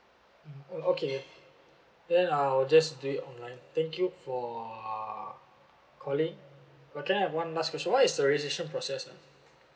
mm orh okay then I'll just do it online thank you for uh calling but can I have one last question what is the registration process ah